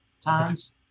times